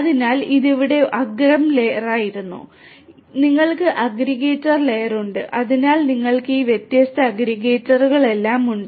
അതിനാൽ ഇത് ഇവിടെ അഗ്രം ലെയറായിരുന്നു നിങ്ങൾക്ക് അഗ്രഗേറ്റർ ലെയർ ഉണ്ട് അതിനാൽ നിങ്ങൾക്ക് ഈ വ്യത്യസ്ത അഗ്രഗേറ്ററുകൾ എല്ലാം ഉണ്ട്